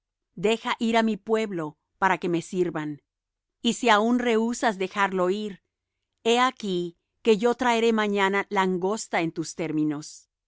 deja ir á mi pueblo para que me sirvan y si aún rehusas dejarlo ir he aquí que yo traeré mañana langosta en tus términos